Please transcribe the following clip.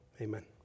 Amen